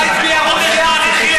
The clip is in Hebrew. ומה הצביעה הודו, גברתי,